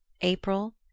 april